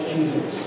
Jesus